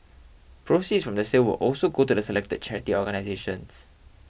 proceeds from the sale will also go to the selected charity organisations